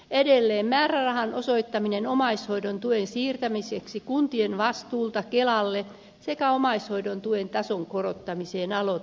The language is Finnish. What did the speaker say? edelleen määrärahan osoittaminen omaishoidon tuen siirtämiseksi kuntien vastuulta kelalle sekä omaishoidon tuen tason korottamiseen